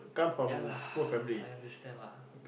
ya lah I understand lah